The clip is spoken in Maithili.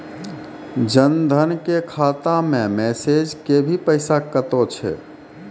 जन धन के खाता मैं मैसेज के भी पैसा कतो छ?